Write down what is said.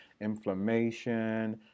inflammation